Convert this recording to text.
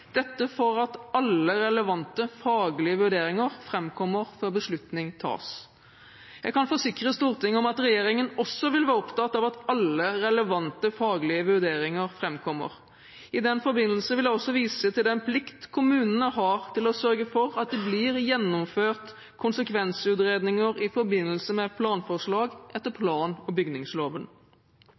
dette for at alle relevante faglige vurderinger framkommer før beslutning tas. Jeg kan forsikre Stortinget om at regjeringen også vil være opptatt av at alle relevante faglige vurderinger framkommer. I den forbindelse vil jeg også vise til den plikt kommunene har til å sørge for at det blir gjennomført konsekvensutredninger i forbindelse med planforslag etter plan- og bygningsloven.